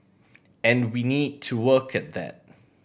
and we need to work at that